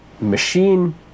machine